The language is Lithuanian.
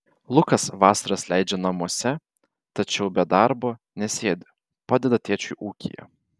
lukas vasaras leidžia namuose tačiau be darbo nesėdi padeda tėčiui ūkyje